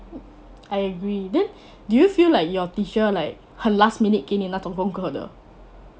I agree then do you feel like your teacher like 很 last minute 给你那种功课的